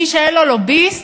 מי שאין לו לוביסט,